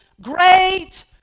great